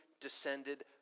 descended